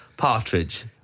Partridge